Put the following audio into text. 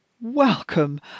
Welcome